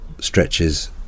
stretches